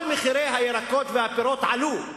כל מחירי הירקות והפירות עלו,